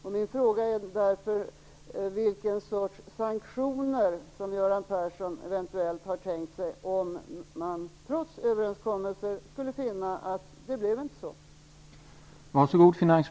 Jag vill därför fråga vilken sorts sanktion som Göran Persson eventuellt har tänkt sig, om man trots överenskommelser skulle finna att det inte blev så som det var tänkt.